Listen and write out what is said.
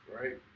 right